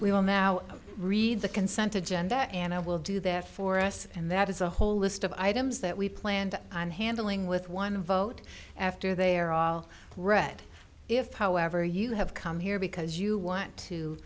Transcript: will now read the consent to jenna and i will do that for us and that is a whole list of items that we planned on handling with one vote after they are all read if however you have come here because you want to